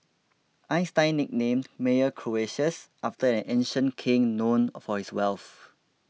Einstein nicknamed Meyer Croesus after an ancient king known for his wealth